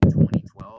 2012